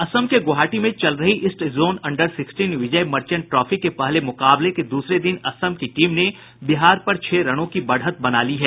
असम के गुवाहाटी में चल रही east zone under sixteen Vijay Merchant trophy के पहले मुकाबले के दूसरे दिन असम की टीम ने बिहार पर छह रनों की बढ़त बना ली है